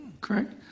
correct